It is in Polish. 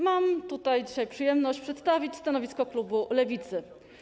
Mam dzisiaj przyjemność przedstawić stanowisko klubu Lewicy.